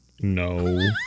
no